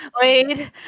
Wait